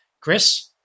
chris